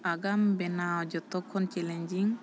ᱟᱜᱟᱢ ᱵᱮᱱᱟᱣ ᱡᱚᱛᱚ ᱠᱷᱚᱱ ᱪᱮᱞᱮᱧᱡᱤᱝ